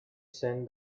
send